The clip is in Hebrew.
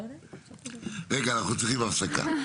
אנחנו צריכים הפסקה,